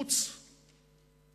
חוץ